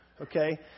okay